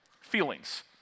Feelings